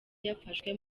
yafashwe